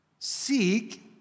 Seek